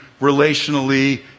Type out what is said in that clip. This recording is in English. relationally